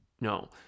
No